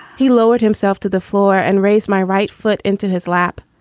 he lowered himself to the floor and raised my right foot into his lap.